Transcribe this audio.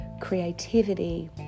creativity